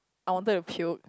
I wanted to puke